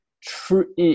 true